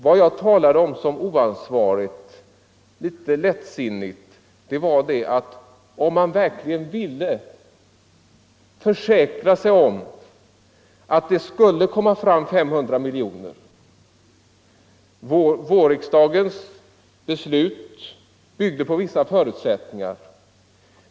Vad jag talade om som oansvarigt och litet lättsinnigt var följande. Vårriksdagens beslut byggde på vissa förutsättningar.